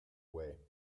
way